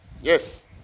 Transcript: Yes